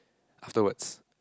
afterwards